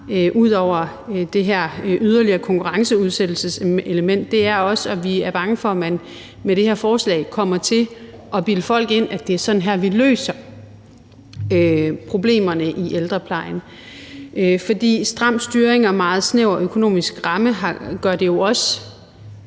ud over det her yderligere konkurrenceudsættelseselement – er, at vi også er bange for, at man med det her forslag kommer til at bilde folk ind, at det er sådan her, vi løser problemerne i ældreplejen. For stram styring og meget snæver økonomi ramme gør det jo også